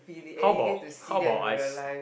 how about how about I